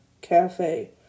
Cafe